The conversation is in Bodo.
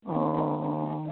अ